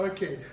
Okay